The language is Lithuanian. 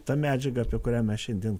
ta medžiaga apie kurią mes šiandien